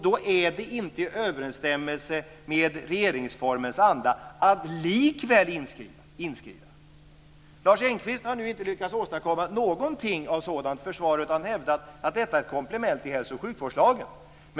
Då är det inte i överensstämmelse med regeringsformens anda att likväl inskrida. Lars Engqvist har inte lyckats åstadkomma något sådant försvar utan hävdar att detta är ett komplement till hälso och sjukvårdslagen.